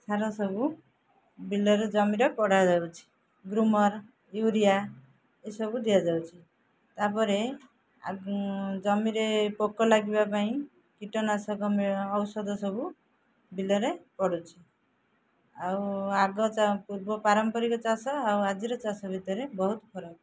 ସାର ସବୁ ବିଲରେ ଜମିରେ ପଡ଼ା ଯାଉଛି ଗ୍ରୁମର୍ ୟୁରିଆ ଏସବୁ ଦିଆଯାଉଛି ତା'ପରେ ଜମିରେ ପୋକ ଲାଗିବା ପାଇଁ କୀଟନାଶକ ଔଷଧ ସବୁ ବିଲରେ ପଡ଼ୁଛି ଆଉ ଆଗ ପୂର୍ବ ପାରମ୍ପରିକ ଚାଷ ଆଉ ଆଜିର ଚାଷ ଭିତରେ ବହୁତ ଫରକ